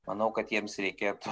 manau kad jiems reikėtų